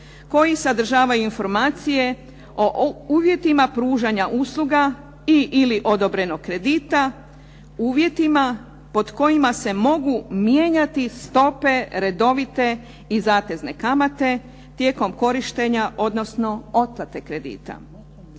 koji sadržava informacije o uvjetima pružanja usluga i/ili odobrenog kredita u uvjetima pod kojima se mogu mijenjati stope redovite i zatezne kamate tijekom korištenja, odnosno otplate kredita.